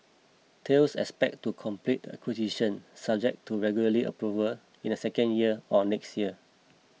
Thales expects to complete the acquisition subject to regulatory approval in the second year on next year